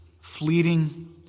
fleeting